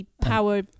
power